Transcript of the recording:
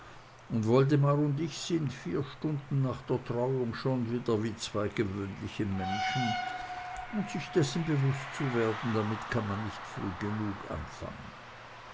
und woldemar und ich sind vier stunden nach der trauung schon wieder wie zwei gewöhnliche menschen und sich dessen bewußt zu werden damit kann man nicht früh genug anfangen